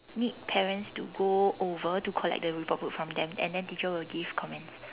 meet parents to go over to collect the report book from them and then teacher will give comments